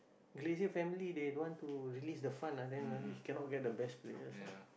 Glazer family they want to release the fund ah then ah which cannot get the best players